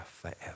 forever